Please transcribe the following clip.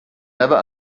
never